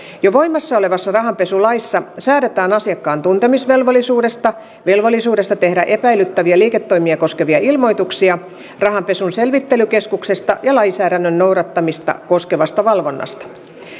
jo voimassa olevassa rahanpesulaissa säädetään asiakkaan tuntemisvelvollisuudesta velvollisuudesta tehdä epäilyttäviä liiketoimia koskevia ilmoituksia rahanpesun selvittelykeskuksesta ja lainsäädännön noudattamista koskevasta valvonnasta